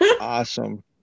Awesome